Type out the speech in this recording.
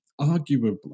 Arguably